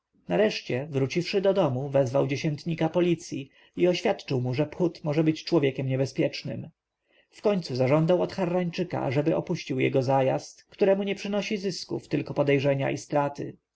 nareszcie wróciwszy do domu wezwał dziesiętnika policji i oświadczył ma że phut może być człowiekiem niebezpiecznym wkońcu zażądał od harrańczyka ażeby opuścił jego zajazd któremu nie przynosi zysków tylko podejrzenia i straty